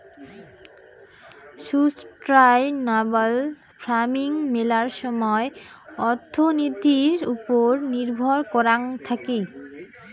sustainable farming মেলা সময় অর্থনীতির ওপর নির্ভর করাং থাকি